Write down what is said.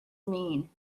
mean